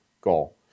goal